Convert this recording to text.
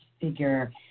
figure